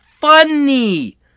funny